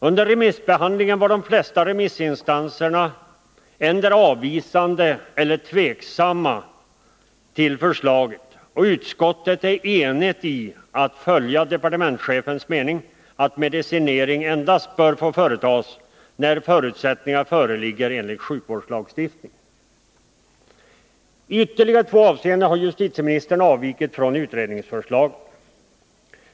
Under remissbehandlingen var de flesta remissinstanserna endera avvisande eller också tveksamma till förslaget. Utskottet är enigt om att följa departementschefens mening, att medicinering endast bör få tas till när förutsättningar föreligger enligt sjukvårdslagstiftningen. I ytterligare två avseenden har justititeministern avvikit från utredningsförslaget.